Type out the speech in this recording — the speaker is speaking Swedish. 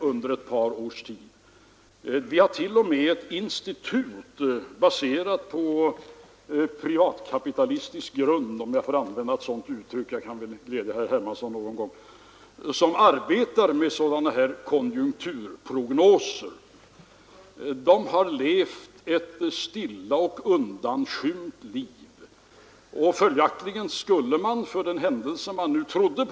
Inom vissa speciella områden är siffrorna ännu högre. Inom trävarubranschen ligger orderstocken 120 procent högre än för ett år sedan. Hur man skall klara den utan enorma leveranstider har jag svårt att förstå. Inom massaoch pappersindustrin ligger den 90 procent högre.